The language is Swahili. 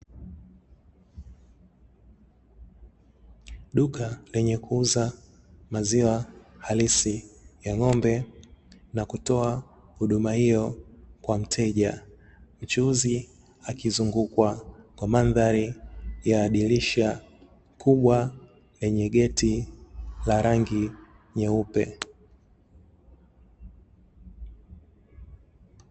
Duka lenye kuuza maziwa halisi ya ng'ombe na kutoa huduma hiyo kwa mteja, mchuuzi akizungukwa kwa mandhari ya dirisha kubwa lenye geti la rangi nyeupe.